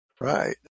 Right